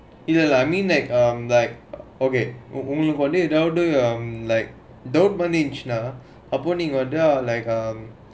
either lah I mean like okay உங்களுக்கு:unggalukku like don't manage அப்போ நீங்க வந்து:appo neenga vanthu like um